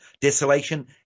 desolation